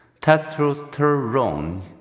testosterone